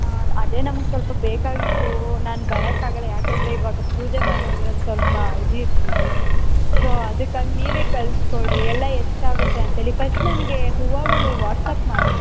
ಹಾಂ ಅದೇ ನಮಗೆ ಸ್ವಲ್ಪ ಬೇಕಾಗಿತ್ತು ನಾನು ಬರೋಕ್ಕಾಗಲ್ಲ ಯಾಕಂದರೆ ಇವಾಗ ಪೂಜೆ ಮಾಡೋದ್ರಲ್ಲಿ ಸ್ವಲ್ಪ ಇದು ಇರ್ತೀವಿ ಸೋ ಅದಕ್ಕಾಗಿ ನೀವೇ ಕಳಿಸ್ಕೊಡಿ ಎಲ್ಲ ಎಷ್ಟು ಆಗುತ್ತೆ ಅಂತ ಹೇಳಿ ಫಸ್ಟ್ ನನಗೆ ಹೂವಾಗಳು ವಾಟ್ಸಾಪ್ ಮಾಡಿ